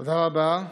תודה רבה.